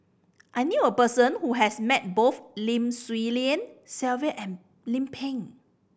I knew a person who has met both Lim Swee Lian Sylvia and Lim Pin